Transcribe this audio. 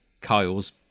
Kyle's